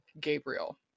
Gabriel